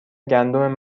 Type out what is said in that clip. گندم